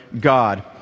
God